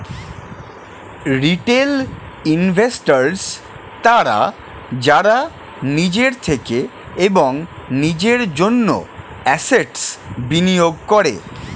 retail investors তারা যারা নিজের থেকে এবং নিজের জন্য অ্যাসেট্স্ বিনিয়োগ করে